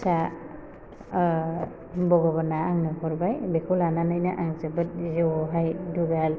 फिसा भगबाना आंनो हरबाय बेखौ लानानैनो आं जिउआवहाय दुगा